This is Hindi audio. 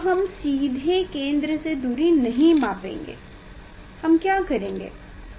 हम सीधे केंद्र से दूरी नहीं मापेंगे हम क्या करेंगे